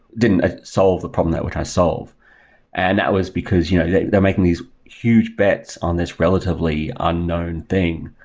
didn't solve the problem that which i solve and that was because you know like they're making these huge bets on this relatively unknown thing,